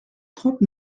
trente